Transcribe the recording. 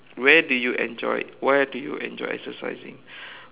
where did you enjoy where did you enjoy exercising